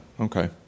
okay